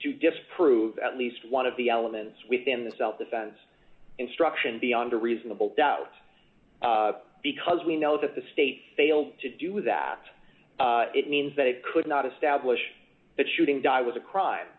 to disprove at least one of the elements within the self defense instruction beyond a reasonable doubt because we know that the state failed d to do that it means that it could not establish that shooting di was a